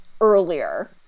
earlier